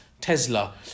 Tesla